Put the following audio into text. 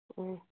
ꯎꯝ